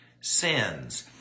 sins